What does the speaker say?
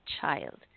child